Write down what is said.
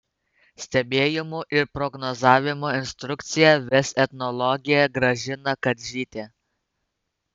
stebėjimų ir prognozavimo instrukciją ves etnologė gražina kadžytė